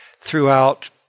throughout